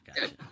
Gotcha